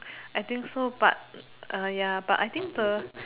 I think so but uh ya but I think the